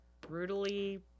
brutally